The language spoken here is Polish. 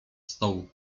stołu